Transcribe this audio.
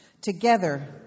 Together